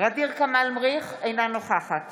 ע'דיר כמאל מריח, אינה נוכחת